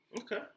Okay